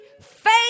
Faith